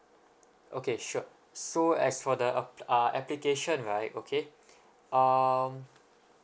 okay sure so as for the ap~ uh application right okay um